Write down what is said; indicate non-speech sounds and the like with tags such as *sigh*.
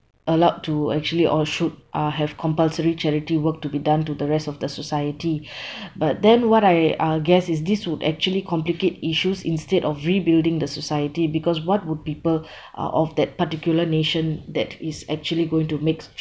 allowed to actually or should uh have compulsory charity work to be done to the rest of the society *breath* but then what I uh guess is this would actually complicate issues instead of rebuilding the society because what would people *breath* uh of that particular nation that is actually going to makes